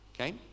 Okay